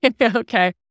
Okay